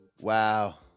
Wow